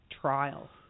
trial